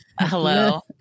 hello